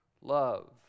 love